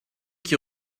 qui